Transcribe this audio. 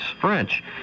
French